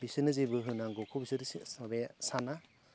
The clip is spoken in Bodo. बिसोरनो जेबो होनांगौखौ बिसोरो माबाया साना